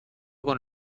con